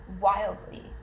wildly